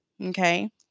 Okay